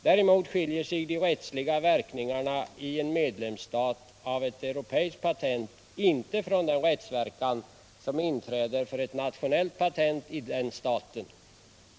Däremot skiljer sig de rättsliga verkningarna i en medlemsstat av ett curopeiskt patent inte från den rättsverkan som inträder för ett nationellt patent i den staten.